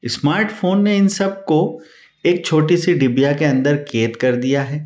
smartphone में इस सब को एक छोटी सी डिबिया के अंदर कैद कर दिया है